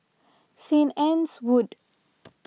St Anne's Wood